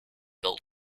built